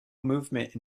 movement